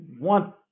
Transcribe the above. want